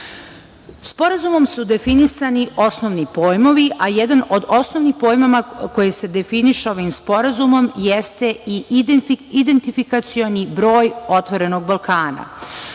zemlje. Sporazumom su definisani osnovni pojmovi, a jedan od osnovnih pojmova koji se definiše ovim sporazum jeste i identifikacioni broj "Otvorenog Balkana".